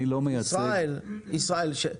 ישראל,